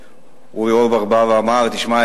אורי אורבך בא ואמר: תשמע,